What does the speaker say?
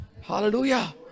Hallelujah